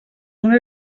una